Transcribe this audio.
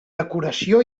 decoració